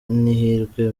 n’ihirwe